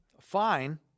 fine